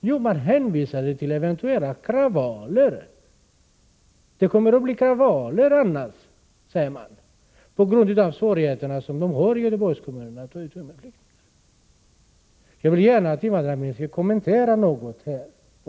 Jo, man hänvisade till eventuella kravaller. De sade att det skulle komma att bli kravaller på grund av svårigheterna för Göteborgs kommun att ta emot flyktingar. Jag vill gärna att invandrarministern något skall kommentera detta påstående.